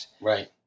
Right